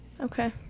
Okay